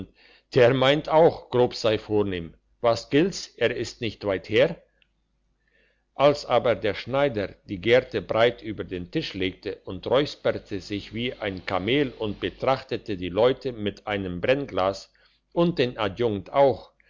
der meint auch grob sei vornehm was gilt's er ist nicht weit her als aber der schneider die gerte breit über den tisch legte und räusperte sich wie ein kamel und betrachtete die leute mit einem brennglas und den adjunkt auch